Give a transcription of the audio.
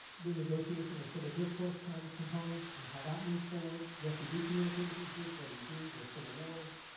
the negotiation or civil discourse kind of component and how that moves forward yes we do communicate with these groups. what do we do versus civil wars.